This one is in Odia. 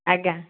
ଆଜ୍ଞା